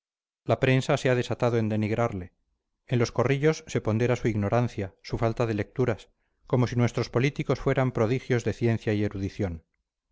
la prensa se ha desatado en denigrarle en los corrillos se pondera su ignorancia su falta de lecturas como si nuestros políticos fueran prodigios de ciencia y erudición